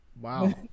Wow